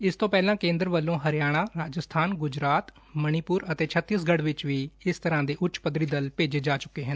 ਇਸ ਤੋਂ ਪਹਿਲਾਂ ਕੇ ਂਦਰ ਵਲੋਂ ਹਰਿਆਣਾ ਰਾਜਸਬਾਨ ਗੁਜਰਾਤ ਮਣੀਪੁਰ ਅਤੇ ਛੱਤੀਸਗੜ੍ਹ 'ਚ ਵੀ ਇਸ ਤਰਾਂ ਦੇ ਉਂਚ ਪੱਧਰੀ ਦਲ ਭੇਜੇ ਜਾ ਚੁੱਕੇ ਹਨ